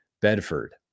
Bedford